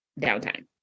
downtime